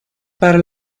para